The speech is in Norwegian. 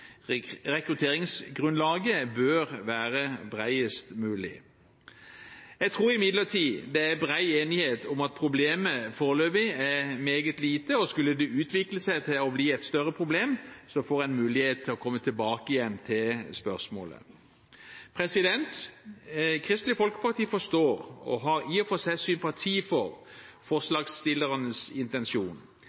Rekrutteringsgrunnlaget bør være bredest mulig. Jeg tror imidlertid det er bred enighet om at problemet foreløpig er meget lite, og skulle det utvikle seg til å bli et større problem, får en mulighet til å komme tilbake til spørsmålet. Kristelig Folkeparti forstår, og har i og for seg sympati for, forslagsstillernes intensjon,